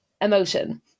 emotion